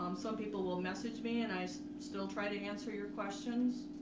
um so people will message me and i still try to answer your questions